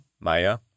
Maya